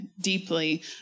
deeply